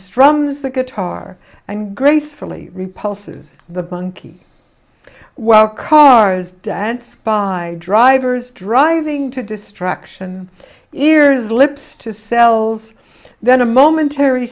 strums the guitar and gracefully repulses the bunkie well cars dance by drivers driving to distraction ears lips to cells then a momentary